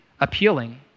appealing